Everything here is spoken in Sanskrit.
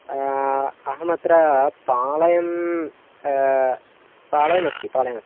अहमत्र पालयं पालयमस्ति पालयमस्ति